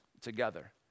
together